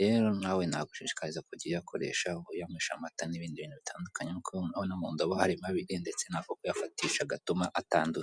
rero nawe nagushishikariza kujya uyakoresha uyanywesha amata n'ibindi bintu bitandukanye, kuko mu ndobo harimo abiri ndetse n'ako kuyafatishagatuma atandura